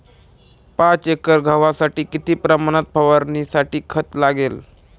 पाच एकर गव्हासाठी किती प्रमाणात फवारणीसाठी खत लागेल?